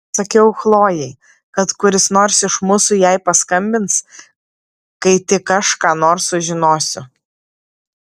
pasakiau chlojei kad kuris nors iš mūsų jai paskambins kai tik aš ką nors sužinosiu